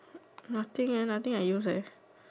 nothing eh nothing I use eh